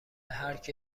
هرکی